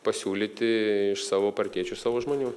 pasiūlyti iš savo partiečių savo žmonių